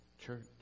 church